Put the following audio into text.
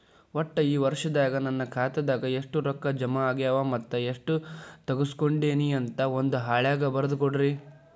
ಒಟ್ಟ ಈ ವರ್ಷದಾಗ ನನ್ನ ಖಾತೆದಾಗ ಎಷ್ಟ ರೊಕ್ಕ ಜಮಾ ಆಗ್ಯಾವ ಮತ್ತ ಎಷ್ಟ ತಗಸ್ಕೊಂಡೇನಿ ಅಂತ ಒಂದ್ ಹಾಳ್ಯಾಗ ಬರದ ಕೊಡ್ರಿ